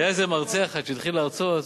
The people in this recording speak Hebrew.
היה איזה מרצה אחד שהתחיל להרצות,